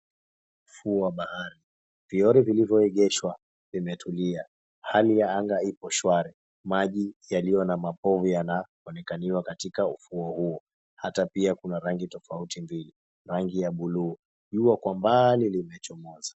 Ufuo wa bahari. Vilori vilivyoegeshwa vimetulia, hali ya anga ipo shwari. Maji yaliyo na mapovu yanaonekaniwa katika ufuo huo, hata pia kuna rangi tofauti mbili. Rangi ya buluu ikiwa kwa mbali imechomoza.